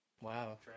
Wow